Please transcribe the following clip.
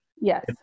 Yes